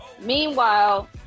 meanwhile